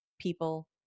people